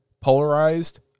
Polarized